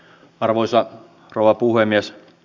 arvoisa rouva puhemies